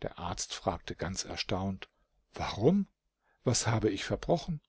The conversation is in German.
der arzt fragte ganz erstaunt warum was habe ich verbrochen